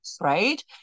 right